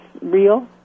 real